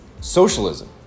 socialism